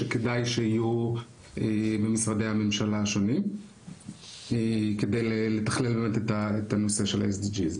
שכדאי שיהיו במשרדי הממשלה השונים כדי לתכלל את הנושא של ה-SDG.